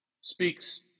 speaks